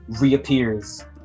reappears